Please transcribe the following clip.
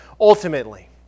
ultimately